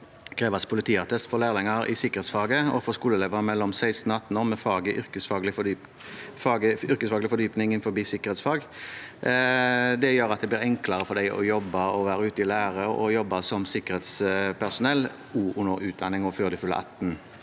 skal kreves politiattest for lærlinger i sikkerhetsfaget og for skoleelever mellom 16 år og 18 år med yrkesfaglig fordypning innen sikkerhetsfag. Det gjør at det blir enklere for dem å jobbe, være ute i lære og jobbe som sikkerhetspersonell, også under utdanning og før de fyller 18 år.